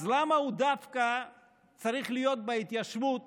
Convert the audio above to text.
אז למה דווקא הוא צריך להיות בהתיישבות